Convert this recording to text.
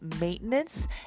maintenance